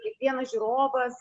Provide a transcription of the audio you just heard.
kiekvienas žiūrovas